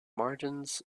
margins